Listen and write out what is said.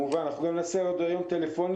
כמובן, אנחנו נעשה עוד היום טלפונים.